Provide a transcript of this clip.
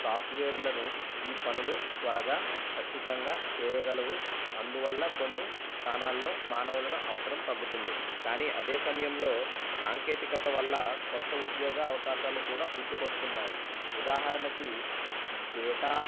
సాఫ్ట్వేర్లను ఈ పనులు త్వరగా ఖచ్చితంగా చేయగలవు అందువల్ల కొన్ని స్థానాల్లో మానవులను అవసరం తగ్గుతుంది కానీ అదే సమయంలో సాంకేతికత వల్ల క్రొత్త ఉద్యోగ అవకాశాలు కూడా పుట్టుకు వస్తున్నాయి ఉదాహరణకి డేటా